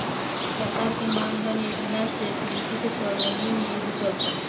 सरकार के मान धन योजना से कृषि के स्वर्णिम युग चलता